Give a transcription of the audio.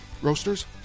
Roasters